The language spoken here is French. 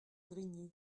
grigny